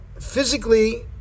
physically